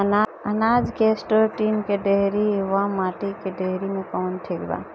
अनाज के store tin के डेहरी व माटी के डेहरी मे कवन ठीक बा?